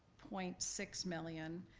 point six million.